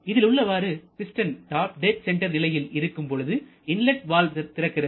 இதில் உள்ளவாறு piston top dead centre நிலையில் இருக்கும் பொழுது இன்லட் வால்வு திறக்கிறது